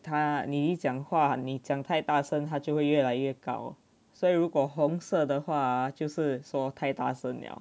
他你一讲话你讲太大声它就会越来越高所以如果红色的话就是 so 太大声了